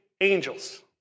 angels